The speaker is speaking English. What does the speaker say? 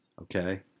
Okay